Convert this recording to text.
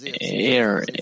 air